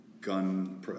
gun